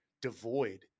devoid